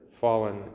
fallen